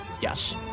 Yes